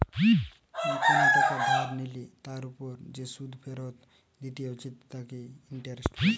কোনো টাকা ধার নিলে তার ওপর যে সুধ ফেরত দিতে হতিছে তাকে ইন্টারেস্ট বলে